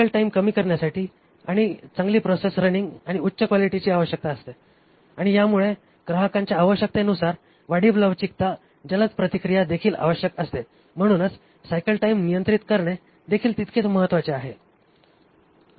cycle time कमी करण्यासाठी चांगली रनिंग प्रोसेस आणि उच्च क्वालिटीची आवश्यकता असते आणि यामुळे ग्राहकांच्या आवश्यकतेनुसार वाढीव लवचिकता जलद प्रतिक्रिया देखील आवश्यक असते म्हणूनच सायकल टाइम नियंत्रित करणे देखील तितकेच महत्वाचे आहे